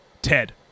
Ted